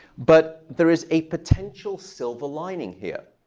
but there is a potential silver lining here,